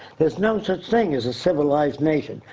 there's no such thing as a civilized nation.